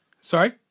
Sorry